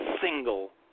single